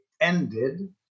ended